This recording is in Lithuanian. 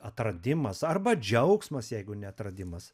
atradimas arba džiaugsmas jeigu ne atradimas